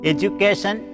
Education